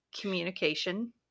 communication